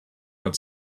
had